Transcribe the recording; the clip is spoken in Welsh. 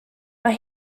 mae